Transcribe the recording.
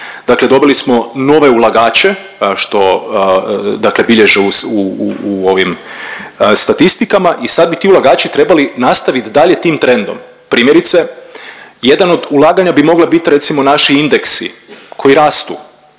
dobili smo nove ulagače što dakle bilježe u ovim statistikama i sad bi ti ulagači trebali nastavit dalje tim trendom. Primjerice jedan od ulaganja bi mogle biti recimo naši indeksi koji rastu,